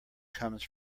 comes